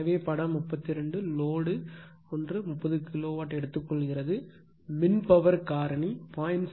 எனவே படம் 32 load 1 30 kilowatt எடுத்துக்கொள்கிறது மின்பவர் காரணி 0